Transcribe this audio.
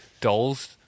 dolls